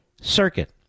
circuit